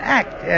act